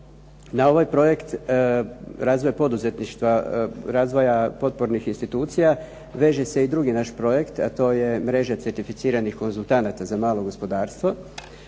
Na ovaj projekt razvoja poduzetništva, razvoja potpornih institucija veže se i drugi naš projekt a to je mreža certificiranih konzultanata za malo gospodarstvo.